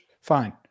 Fine